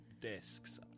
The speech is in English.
discs